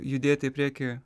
judėti į priekį